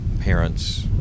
parents